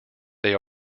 they